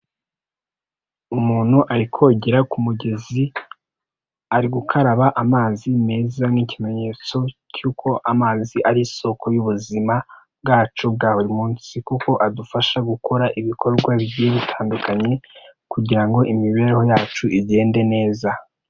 Umuntu ari kogera ku mugezi, ari gukaraba amazi meza nk'ikimenyetso cy'uko amazi ari isoko y'ubuzima bwacu bwa buri munsi. Kuko adufasha gukora ibikorwa bigiye bitandukanye kugirango imibereho yacu igende neza.